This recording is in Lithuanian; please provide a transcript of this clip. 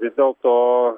ir dėl to